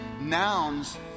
nouns